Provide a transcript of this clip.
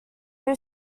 new